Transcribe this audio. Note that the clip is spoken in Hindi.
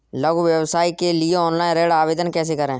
लघु व्यवसाय के लिए ऑनलाइन ऋण आवेदन कैसे करें?